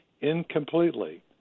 incompletely